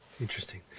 interesting